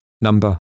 Number